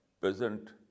present